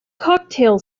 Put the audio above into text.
cocktail